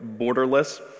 borderless